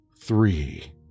three